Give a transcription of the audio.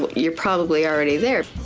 but you're probably already there.